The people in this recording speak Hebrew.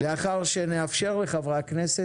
לאחר שנאפשר לחברי הכנסת,